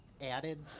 added